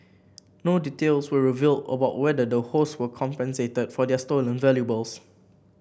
no details were revealed about whether the hosts were compensated for their stolen valuables